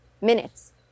minutes